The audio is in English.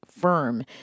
firm